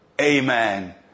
Amen